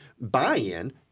buy-in